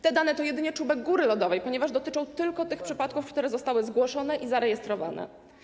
Te dane to jedynie czubek góry lodowej, ponieważ dotyczą tylko tych przypadków, które zostały zgłoszone i zarejestrowane.